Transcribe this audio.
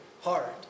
hard